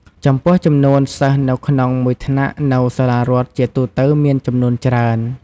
ចំពោះ ចំនួនសិស្សនៅក្នុងមួយថ្នាក់នៅសាលារដ្ឋជាទូទៅមានចំនួនច្រើន។